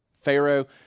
Pharaoh